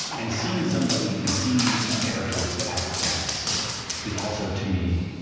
and seeing somebody and seeing characters that have doubts is also, to me,